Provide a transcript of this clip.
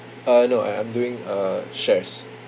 uh no I I'm doing uh shares